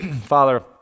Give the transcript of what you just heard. Father